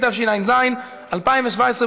התשע"ז 2017,